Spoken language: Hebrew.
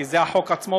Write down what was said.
כי זה החוק עצמו,